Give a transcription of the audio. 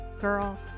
Girl